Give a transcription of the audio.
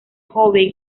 joven